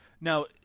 Now